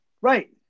Right